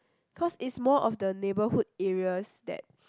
cause it's more of the neighbourhood areas that